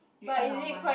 we earn our money